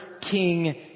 King